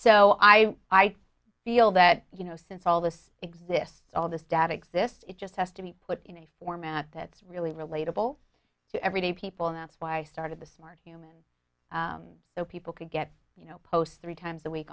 so i i feel that you know since all this exists all this data exist it just has to be put in a format that's really relatable to everyday people and that's why i started the smart human so people could get you know post three times a week